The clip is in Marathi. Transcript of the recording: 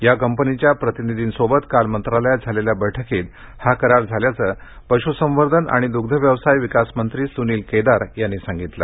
या कंपनीच्या प्रतिनिधींसोबत काल मंत्रालयात झालेल्या बैठकीत हा करार झाल्याचं पश्संवर्धन आणि दुग्धव्यवसाय विकास मंत्री सुनील केदार यांनी सांगितलं